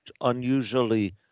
unusually